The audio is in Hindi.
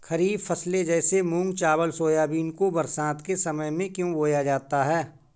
खरीफ फसले जैसे मूंग चावल सोयाबीन को बरसात के समय में क्यो बोया जाता है?